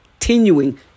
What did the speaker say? continuing